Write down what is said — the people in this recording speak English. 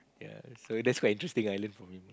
ya so that's quite interesting I learn from him